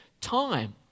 time